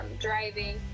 driving